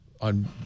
on